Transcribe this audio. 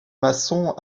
masson